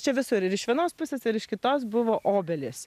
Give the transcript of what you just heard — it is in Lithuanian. čia visur ir iš vienos pusės ir iš kitos buvo obelys